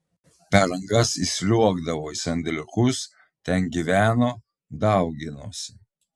per angas įsliuogdavo į sandėliukus ten gyveno dauginosi